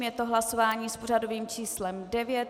Je to hlasování s pořadovým číslem 9.